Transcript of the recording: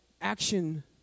action